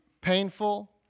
painful